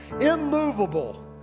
immovable